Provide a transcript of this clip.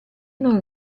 non